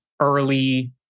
early